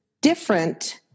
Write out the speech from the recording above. different